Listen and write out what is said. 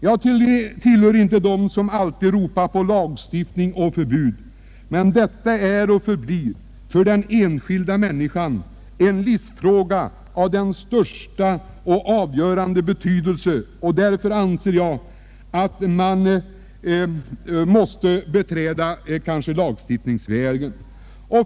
Jag tillhör inte dem som alltid ropar på lagstiftning och förbud, men detta är och förblir en livsfråga, en fråga av stor och avgörande betydelse för den enskilda människan. Därför anser jag att man måste beträda lagstiftningsvägen.